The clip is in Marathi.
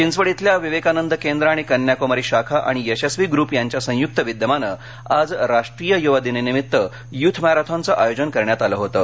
चिंचवड इथल्या विवेकानंद केंद्र आणि कन्याक्मारी शाखा आणि यशस्वी ग्रुप यांच्या संयुक्त विद्यमाने आज राष्ट्रीय युवा दिनानिमित्त युथ मॅरेथॉन चं आयोजन करण्यात आलंहोतं